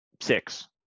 six